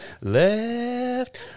Left